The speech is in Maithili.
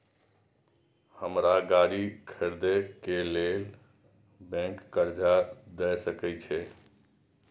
हमरा गाड़ी खरदे के लेल बैंक कर्जा देय सके छे?